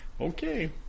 Okay